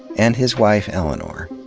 and his wife, eleanor.